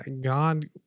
God